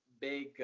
big